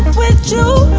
with you